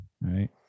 right